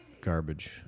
garbage